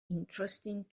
interesting